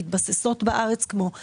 שמתבססות בארץ כמו פייבר,